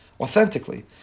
authentically